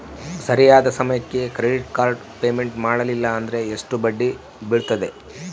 ಸರಿಯಾದ ಸಮಯಕ್ಕೆ credit card payment ಮಾಡಲಿಲ್ಲ ಅಂದ್ರೆ ಎಷ್ಟು ಬಡ್ಡಿ ಬೇಳ್ತದ?